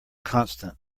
constant